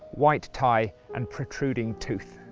white tie, and protruding tooth